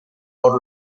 por